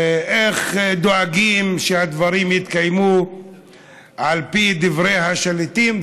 ואיך דואגים שהדברים יתקיימו על פי דברי השליטים.